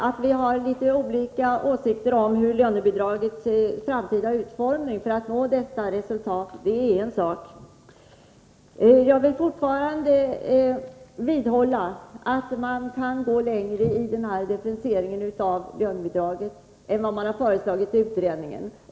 Att vi har litet olika åsikter om lönebidragets framtida utformning för att detta resultat skall nås är en annan sak. Jag vill fortfarande vidhålla att man kan gå längre i fråga om differentieringen av lönebidraget än vad man föreslagit i utredningen.